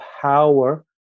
power